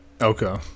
okay